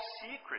secret